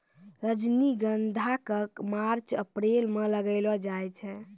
रजनीगंधा क मार्च अप्रैल म लगैलो जाय छै